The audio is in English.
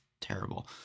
terrible